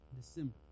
December